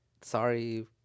Sorry